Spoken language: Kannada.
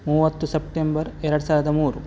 ಮೂವತ್ತು ಸೆಪ್ಟೆಂಬರ್ ಎರಡು ಸಾವಿರದ ಮೂರು